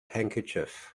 handkerchief